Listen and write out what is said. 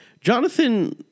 Jonathan